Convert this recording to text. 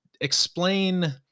explain